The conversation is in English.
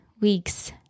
week's